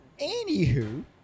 Anywho